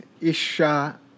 Isha